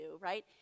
right